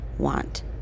Want